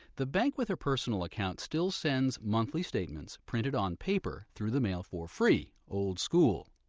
the bank with her personal account still sends monthly statements printed on paper, through the mail, for free. old school.